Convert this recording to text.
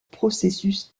processus